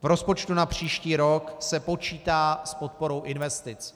V rozpočtu na příští rok se počítá s podporou investic.